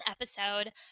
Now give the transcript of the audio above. episode